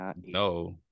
No